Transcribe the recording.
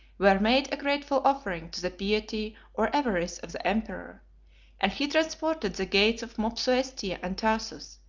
were made a grateful offering to the piety or avarice of the emperor and he transported the gates of mopsuestia and tarsus,